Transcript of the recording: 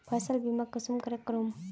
फसल बीमा कुंसम करे करूम?